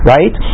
Right